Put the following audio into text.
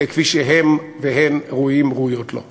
כפי שהם והן ראויים וראויות לו.